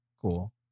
Cool